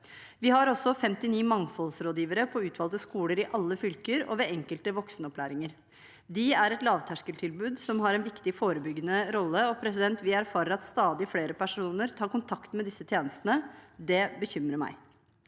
Vi har også 59 mangfoldsrådgivere på utvalgte skoler i alle fylker og ved enkelte voksenopplæringer. De er et lavterskeltilbud som har en viktig forebyggende rolle, og vi erfarer at stadig flere personer tar kontakt med disse tjenestene. Det bekymrer meg.